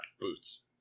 Boots